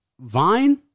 Vine